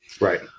Right